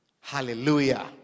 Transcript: Hallelujah